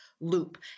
loop